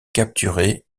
capturé